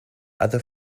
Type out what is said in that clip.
other